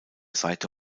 seite